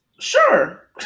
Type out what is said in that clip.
sure